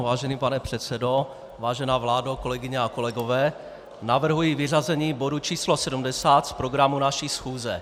Vážený pane předsedo, vážená vládo, kolegyně a kolegové, navrhuji vyřazení bodu číslo 70 z programu naší schůze.